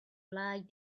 light